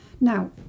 Now